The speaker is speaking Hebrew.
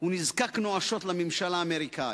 הוא נזקק נואשות לממשל האמריקני,